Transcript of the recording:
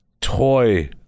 toy